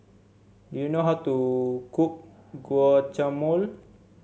do you know how to cook Guacamole